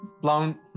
blown